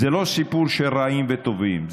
זה לא סיפור של רעים וטובים,